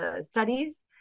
studies